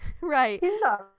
Right